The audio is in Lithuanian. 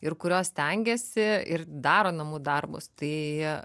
ir kurios stengiasi ir daro namų darbus tai